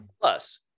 Plus